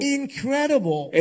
incredible